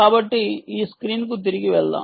కాబట్టి ఈ స్క్రీన్కు తిరిగి వెళ్దాం